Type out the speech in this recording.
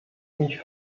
mich